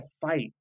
fight